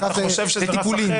לטיפולים --- אתה חושב שזה רף אחר.